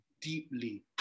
deeply